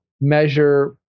measure